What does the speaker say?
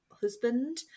husband